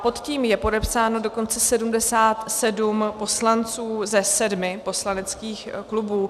Pod tím je podepsáno dokonce 77 poslanců ze 7 poslaneckých klubů.